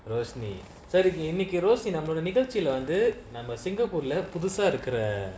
roseny சரி இன்னைக்கு:sari innaiku rosy நம்மளோட நிகழ்சில வந்து நம்ம:nammaloda nikalchila vanthu namma singapore lah புதுசா இருக்குர:puthusaa irukura